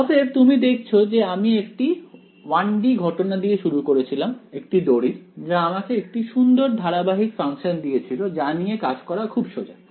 অতএব তুমি দেখেছো যে আমি একটি 1 D ঘটনা দিয়ে শুরু করেছিলাম একটি দড়ির যা আমাকে একটি সুন্দর ধারাবাহিক ফাংশন দিয়েছিল যা নিয়ে কাজ করা খুব সোজা